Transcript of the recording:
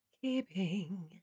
Keeping